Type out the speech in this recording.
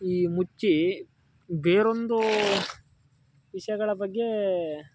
ಈ ಮುಚ್ಚಿ ಬೇರೊಂದು ವಿಷಯಗಳ ಬಗ್ಗೆ